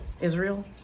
Israel